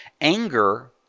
Anger